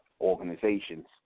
organizations